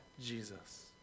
Jesus